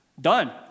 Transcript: Done